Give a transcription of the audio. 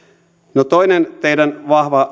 no toinen teidän vahva